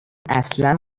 اصلا